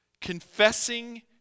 confessing